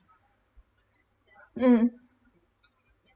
mm